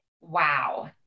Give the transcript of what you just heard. wow